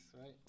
right